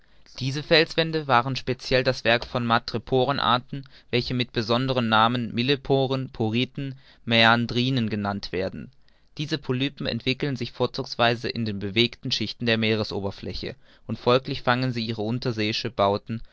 diese felswände waren speciell das werk von madreporenarten welche mit besonderen namen milleporen poriten mäandrinen genannt werden diese polypen entwickeln sich vorzugsweise in den bewegten schichten der meeresoberfläche und folglich fangen sie ihre unterseeischen bauten